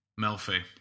Melfi